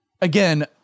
Again